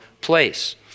place